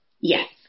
yes